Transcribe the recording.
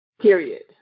period